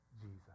Jesus